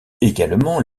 également